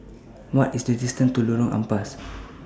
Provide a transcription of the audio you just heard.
What IS The distance to Lorong Ampas